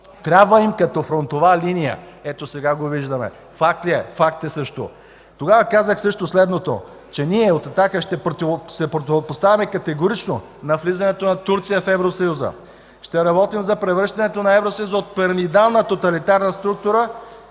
Трябва им като фронтова линия и ето сега го виждаме. Факт ли е? Факт е също! Тогава казах също, че от „Атака” категорично ще се противопоставяме на влизането на Турция в Евросъюза; ще работим за превръщането на Евросъюза от пирамидална и тоталитарна структура